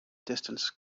distance